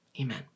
Amen